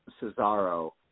Cesaro